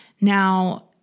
Now